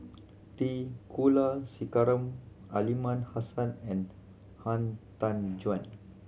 T Kulasekaram Aliman Hassan and Han Tan Juan